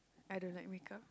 I don't like makeup